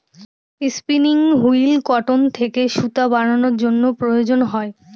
spinning wheel cotton থেকে সুতা বানানোর জন্য প্রয়োজন হয়